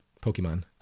Pokemon